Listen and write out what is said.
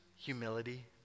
humility